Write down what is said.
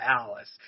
Alice